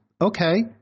okay